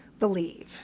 believe